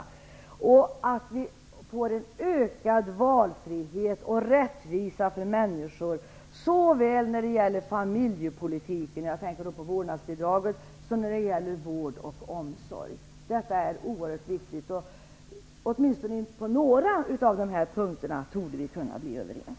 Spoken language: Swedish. Dessutom är det viktigt att vi får ökad valfrihet och rättvisa för människor såväl när det gäller familjepolitiken -- jag tänker då på vårdnadsbidraget -- som när det gäller vården och omsorgen. Detta är oerhört väsentligt. Åtminstone på några av de här punkterna torde vi kunna bli överens.